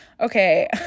Okay